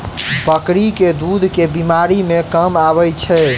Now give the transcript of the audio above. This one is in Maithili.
बकरी केँ दुध केँ बीमारी मे काम आबै छै?